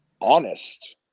honest